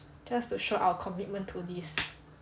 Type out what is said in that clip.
just to show our commitment to this